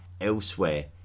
elsewhere